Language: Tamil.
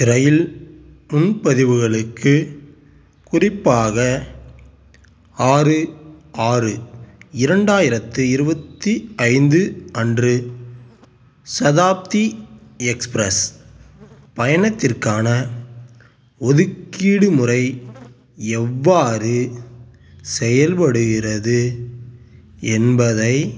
இரயில் முன்பதிவுகளுக்கு குறிப்பாக ஆறு ஆறு இரண்டாயிரத்தி இருபத்தி ஐந்து அன்று சதாப்தி எக்ஸ்ப்ரஸ் பயணத்திற்கான ஒதுக்கீடு முறை எவ்வாறு செயல்படுகிறது என்பதை